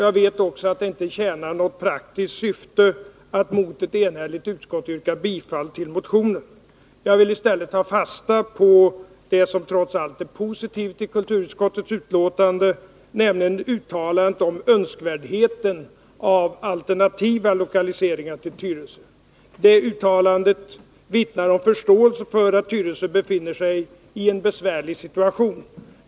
Jag vet också att det inte tjänar något praktiskt syfte att mot ett enhälligt utskott yrka bifall till motionen. Jag vill i stället ta fasta på det som trots allt är positivt i kulturutskottets utlåtande, nämligen uttalandet om nödvändigheten av alternativa lokaliseringar till Tyresö. Det uttalandet vittnar om förståelse för att Tyresö befinner sig i en besvärlig situation.